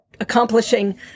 accomplishing